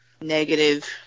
negative